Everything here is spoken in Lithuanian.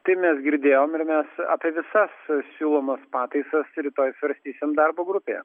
taip mes girdėjom ir mes apie visas siūlomas pataisas rytoj svarstysim darbo grupėje